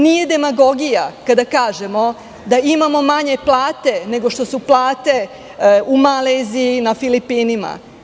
Nije demagogija kada kažemo da imamo manje plate, nego što su plate u Maleziji, na Filipinima.